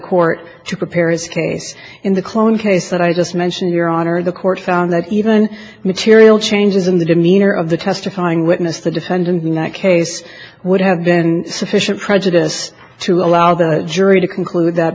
court to prepare his case in the clone case that i just mentioned your honor the court found that even material changes in the demeanor of the testifying witness the defendant in that case would have been sufficient prejudice to allow the jury to conclude that